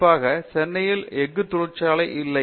குறிப்பாக சென்னையில் எஃகு தொழிற்சாலைகள் இல்லை